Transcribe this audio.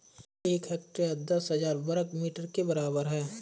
एक हेक्टेयर दस हजार वर्ग मीटर के बराबर है